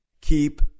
keep